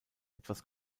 etwas